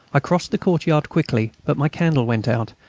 i crossed the courtyard quickly but my candle went out,